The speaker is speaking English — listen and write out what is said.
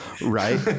Right